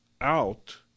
out